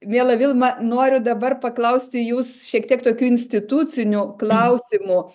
miela vilma noriu dabar paklausti jūs šiek tiek tokių institucinių klausimų